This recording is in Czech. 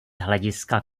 hlediska